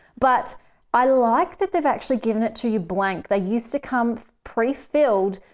but i like that they've actually given it to you blank. they used to come prefilled.